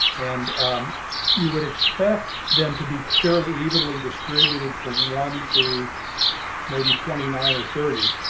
and you would expect them to be fairly evenly distributed from one to maybe twenty nine or thirty